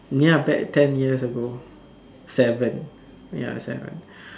ya about ten years ago seven ya seven